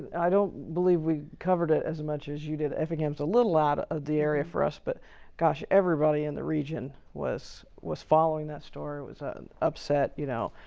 i don't believe we covered it as much as you did. effingham's a little out of the area for us, but gosh, everybody in the region was was following that story, was upset, you know.